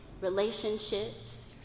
relationships